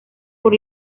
por